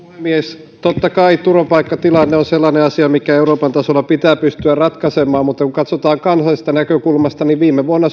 puhemies totta kai turvapaikkatilanne on sellainen asia mikä euroopan tasolla pitää pystyä ratkaisemaan mutta kun katsotaan kansallisesta näkökulmasta viime vuonna